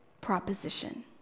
proposition